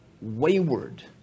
wayward